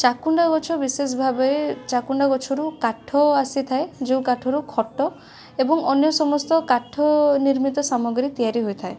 ଚାକୁଣ୍ଡା ଗଛ ବିଶେଷଭାବରେ ଚାକୁଣ୍ଡା ଗଛରୁ କାଠ ଆସିଥାଏ ଯେଉଁ କାଠରୁ ଖଟ ଏବଂ ଅନ୍ୟସମସ୍ତ କାଠ ନିର୍ମିତ ସାମଗ୍ରୀ ତିଆରି ହୋଇଥାଏ